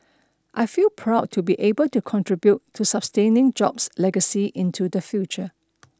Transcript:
I feel proud to be able to contribute to sustaining Jobs' legacy into the future